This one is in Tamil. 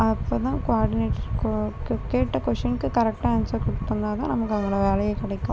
அப்போதான் கோஆடினேட்டர் கோ கேட்ட கொஸ்டீனுக்கு கரெக்ட்டாக ஆன்சர் கொடுத்தோன்னா தான் நமக்கு அதில் வேலையே கிடைக்கும்